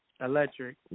Electric